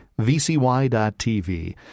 vcy.tv